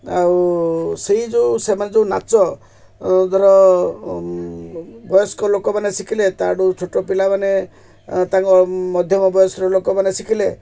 ଆଉ ସେଇ ଯୋଉ ସେମାନେ ଯୋଉ ନାଚ ଧର ବୟସ୍କ ଲୋକମାନେ ଶିଖିଲେ ତାଙ୍କଠୁ ଛୋଟ ପିଲାମାନେ ତାଙ୍କ ମଧ୍ୟମ ବୟସର ଲୋକମାନେ ଶିଖିଲେ